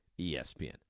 ESPN